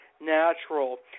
natural